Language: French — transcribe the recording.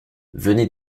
venez